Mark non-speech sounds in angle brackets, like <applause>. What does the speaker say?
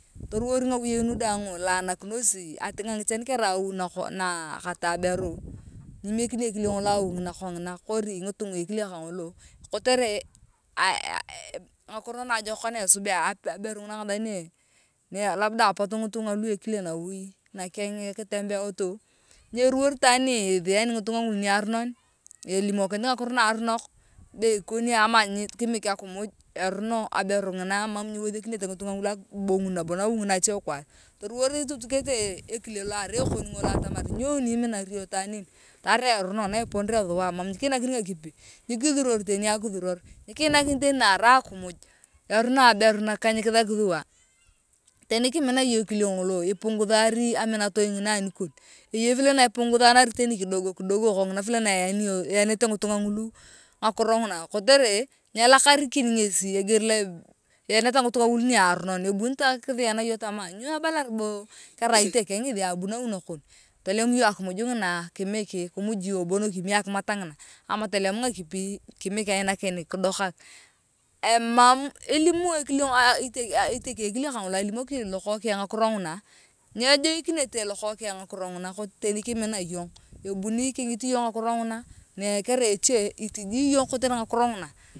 Toruwor ngawiei nu daang ilanakipyhi atinga ngichan karai awi nakon nakati aheru nyimiekini ekile ngolo awi ngina kongina kori ngitunga ekile kongolo kotere aee ee) <hesitation> ngakiro naajokok na esubia aberu ngina ngathain nee nee labda apotu ngitunga lua ekile nawi nakeng kitembewotu nyaruwor itwaan niithani ngitunga niaronon ni elimukinot ngakiro na aronok be ikoni aai ama imikit akimuj erono aberu ngina mam ayiwethekinete nabo abongun nabo nawi ngina ache kwaar toruwor itutukete ekile lo erai ekon ngolo atamar nyoni iminar yong itwaan en tarai erono ne eponere thua mam nyikiinakini ngakipi nyikithoror teni akithoror nyikiinach teni na arai akimuj erono aberu naka nyikithaki thua teni kimina yong anikon eyei vile nipunganari teni kidogo kidogo kongina vile na eyani eyanete ngitunga ngulu ngakiro nguna kotere nyelakarikia ngesi iger loa eanete ngitunga ngulu niaronon ebuni ta kithayan yong tama nyo abalar bo kerai itokeng ngesi abu nawi nakon tolemu yong akimuj ngina kimik kimuj yong bon kimie akimat ngina ama tolem ngakipi kimik ainakini kidokak ema alim ekile etikeng ekile kangoto lokeng ngakiro nguna nyejekenete lokokeng ngakiro nguna teni kimina yong ebuni kingit yong na kerai eche kitijii yong kotere ngakiro nguna.